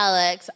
Alex